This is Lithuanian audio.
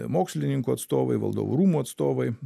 mokslininkų atstovai valdovų rūmų atstovai